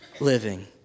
living